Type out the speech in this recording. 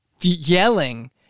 yelling